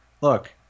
Look